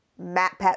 MatPat